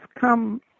come